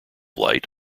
light